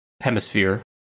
hemisphere